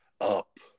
up